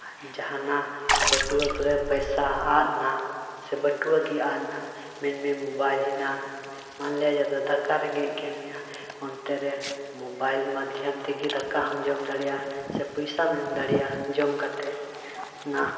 ᱡᱟᱦᱟᱱᱟᱜ ᱵᱟᱹᱴᱩᱣᱟᱹᱠ ᱨᱮ ᱯᱚᱭᱥᱟ ᱟᱫ ᱮᱱᱟ ᱥᱮ ᱵᱟᱹᱴᱩᱣᱟᱹ ᱜᱮ ᱟᱫ ᱮᱱᱟ ᱢᱮᱱᱢᱮ ᱢᱳᱵᱟᱭᱤᱞ ᱢᱮᱱᱟᱜᱼᱟ ᱢᱟᱱᱞᱮ ᱡᱟᱛᱟ ᱫᱟᱠᱟ ᱨᱮᱸᱜᱮᱡ ᱠᱮᱫ ᱢᱮᱭᱟ ᱚᱱᱛᱮ ᱨᱮ ᱢᱳᱵᱟᱭᱤᱞ ᱢᱟᱫᱫᱷᱚᱢ ᱛᱮᱜᱮ ᱫᱟᱠᱟ ᱦᱚᱢ ᱡᱚᱢ ᱫᱟᱲᱮᱭᱟᱜᱼᱟ ᱥᱮ ᱯᱚᱭᱥᱟᱢ ᱮᱢ ᱫᱟᱲᱮᱭᱟᱜᱼᱟ ᱡᱚᱢ ᱠᱟᱛᱮᱫ ᱚᱱᱟ